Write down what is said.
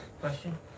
Question